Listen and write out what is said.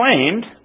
claimed